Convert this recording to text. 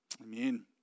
Amen